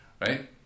right